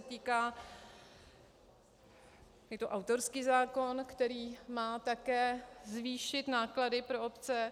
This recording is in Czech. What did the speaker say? Týká se... je to autorský zákon, který má také zvýšit náklady pro obce.